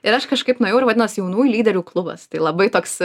ir aš kažkaip nuėjau ir vadinos jaunųjų lyderių klubas tai labai toks